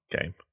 game